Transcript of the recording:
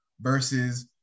versus